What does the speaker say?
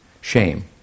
shame